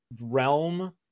realm